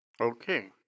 Okay